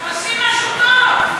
עושים משהו טוב.